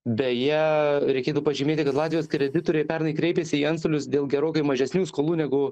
beje reikėtų pažymėti kad latvijos kreditoriai pernai kreipėsi į antstolius dėl gerokai mažesnių skolų negu